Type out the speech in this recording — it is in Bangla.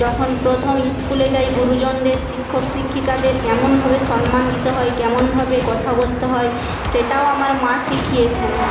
যখন প্রথম ইস্কুলে যাই গুরুজনদের শিক্ষক শিক্ষিকাদের কেমনভাবে সম্মান দিতে হয় কেমনভাবে কথা বলতে হয় সেটাও আমার মা শিখিয়েছেন